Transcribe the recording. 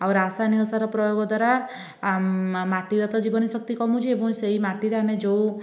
ଆଉ ରାସାୟନିକ ସାର ପ୍ରୟୋଗ ଦ୍ୱାରା ଆମ ମାଟିର ତ ଜୀବନୀଶକ୍ତି କମୁଛି ଏବଂ ସେଇ ମାଟିରେ ଆମେ ଯେଉଁ